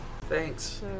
Thanks